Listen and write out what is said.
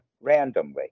randomly